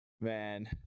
Man